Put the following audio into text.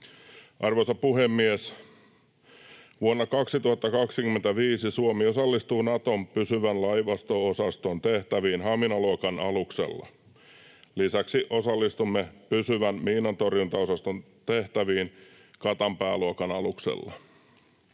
Arvoisa puhemies! Vuonna 2025 Suomi osallistuu Naton pysyvän laivasto-osaston tehtäviin Hamina-luokan aluksella. Lisäksi osallistumme pysyvän miinantorjuntaosaston tehtäviin Katanpää-luokan aluksella.